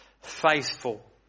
faithful